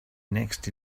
next